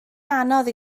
anodd